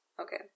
Okay